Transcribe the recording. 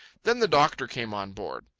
then the doctor came on board.